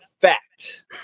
fact